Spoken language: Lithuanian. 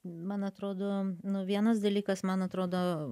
man atrodo vienas dalykas man atrodo